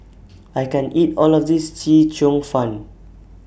I can't eat All of This Chee Cheong Fun